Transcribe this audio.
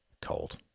Cold